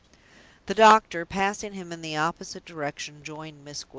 the doctor, passing him in the opposite direction, joined miss gwilt.